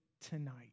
tonight